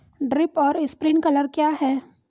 Drip और sprinkler क्या हैं?